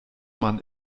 man